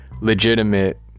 legitimate